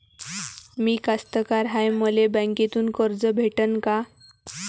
मी कास्तकार हाय, मले बँकेतून कर्ज भेटन का?